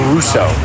Russo